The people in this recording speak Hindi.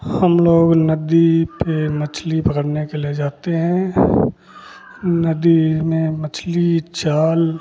हम लोग नदी पर मछली पकड़ने के लिए जाते हैं नदी में मछली जाल